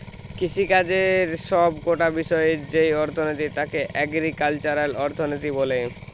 কৃষিকাজের সব কটা বিষয়ের যেই অর্থনীতি তাকে এগ্রিকালচারাল অর্থনীতি বলে